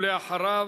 ואחריו,